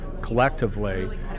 collectively